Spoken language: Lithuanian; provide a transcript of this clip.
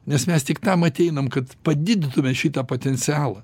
nes mes tik tam ateinam kad padidintume šitą potencialą